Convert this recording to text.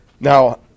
Now